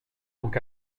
donc